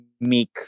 make